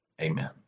Amen